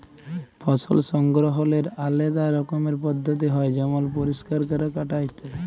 ফসল সংগ্রহলের আলেদা রকমের পদ্ধতি হ্যয় যেমল পরিষ্কার ক্যরা, কাটা ইত্যাদি